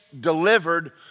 delivered